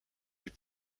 des